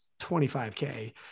25k